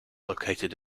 located